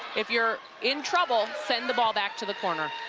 if you're in trouble, send the ball back to the corner.